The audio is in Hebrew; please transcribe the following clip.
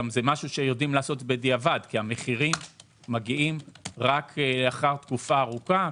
זה דבר שיודעים לעשות בדיעבד כי המחירים מגיעים רק לאחר תקופה ארוכה.